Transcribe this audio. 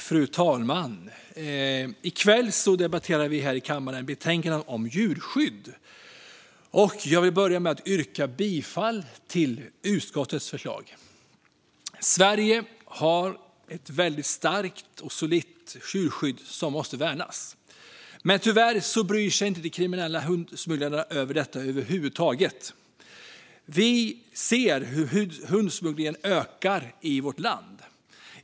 Fru talman! I kväll debatterar vi här i kammaren betänkandet om djurskydd. Jag vill börja med att yrka bifall till utskottets förslag. Sverige har ett väldigt starkt och solitt djurskydd som måste värnas. Men tyvärr bryr sig inte de kriminella hundsmugglarna om detta över huvud taget. Vi ser hur hundsmugglingen ökar i vårt land.